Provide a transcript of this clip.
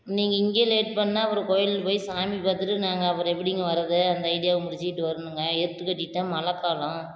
நீங்கள் இங்கேயே லேட் பண்ணிணா அப்புறோம் கோயில் போய் சாமி பாத்துட்டு நாங்கள் அப்புறோம் எப்படிங்க வர்றது அந்த ஐடியாவை முடிச்சுக்கிட்டு வரணுங்க ஏத்து கட்டிக்கிட்டால் மழை காலம்